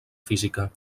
física